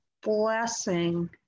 blessing